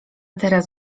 teraz